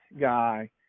guy